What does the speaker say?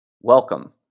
Welcome